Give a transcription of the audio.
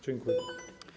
Dziękuję.